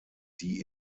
die